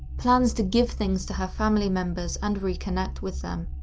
plans to give things to her family members and reconnect with them,